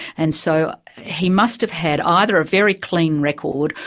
and so he must have had ah either a very clean record,